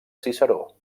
ciceró